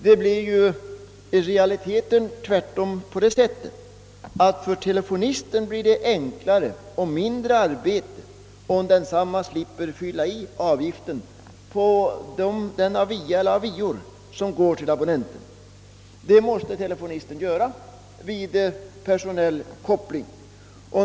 Det är ju i realiteten så, att det för telefonisten blir enklare och mindre arbete om hon slipper fylla i den avi som sedan går till abonnenten. Det måste telefonisten annars göra vid personell koppling.